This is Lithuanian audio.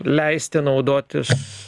leisti naudotis